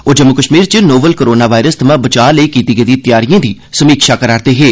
ओह् जम्मू कश्मीर च novel corona virus थमां बचाव लेई कीत्ती गेदी तेआरियें दी समीक्षा करा दे हे